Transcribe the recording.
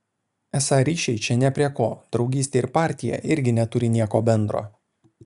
esą ryšiai čia nė prie ko draugystė ir partija irgi neturi nieko bendro